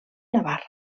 navarra